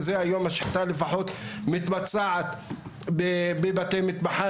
והיום השחיטה לפחות מתבצעת בבתי מטבחיים,